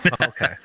okay